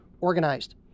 organized